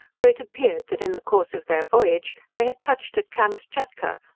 for it appeared, that in the course of their voyage they had touched at kamschatka,